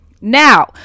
Now